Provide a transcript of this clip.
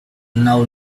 now